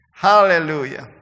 Hallelujah